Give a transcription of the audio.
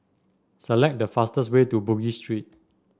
select the fastest way to Bugis Street